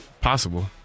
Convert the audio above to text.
possible